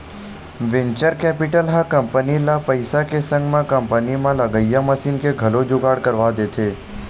venture capital ह company ल पइसा के संग म कंपनी म लगइया मसीन के घलो जुगाड़ करवा देथे